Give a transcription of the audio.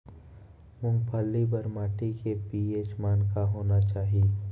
मूंगफली बर माटी के पी.एच मान का होना चाही?